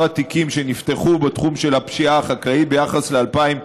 התיקים שנפתחו בתחום של הפשיעה החקלאית ביחס ל-2016,